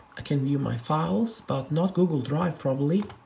i can view my files, but not google drive, probably.